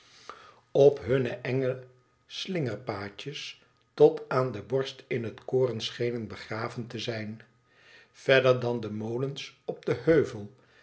op hunne enge slingerpaadjes tot aan de borst in het koren schenen begraven te zijn verder dan de molens op den heuvel